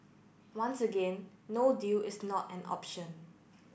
once again no deal is not an option